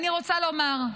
אני רוצה לומר,